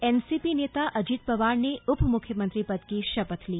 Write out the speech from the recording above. NCP नेता अजित पवार ने उपमुख्यमंत्री पद की शपथ ली